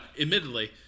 admittedly